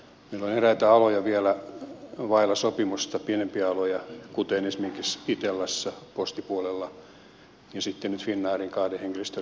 meillä on eräitä aloja vielä vailla sopimusta pienempiä aloja kuten esimerkiksi itellassa postipuolella ja nyt finnairissa kahden henkilöstöryhmän osalta